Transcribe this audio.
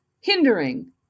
hindering